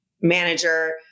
manager